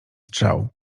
strzał